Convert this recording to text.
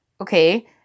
okay